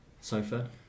sofa